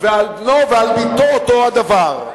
ועליו ועל בנו ועל בתו אותו הדבר.